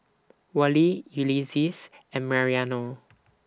Wally Ulises and Mariano